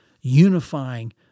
unifying